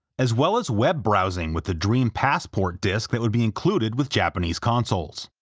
as well as web browsing with the dream passport disc that would be included with japanese consoles.